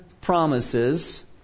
promises